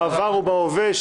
בעבר ובהווה,